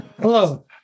Hello